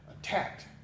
attacked